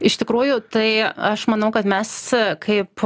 iš tikrųjų tai aš manau kad mes kaip